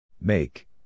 Make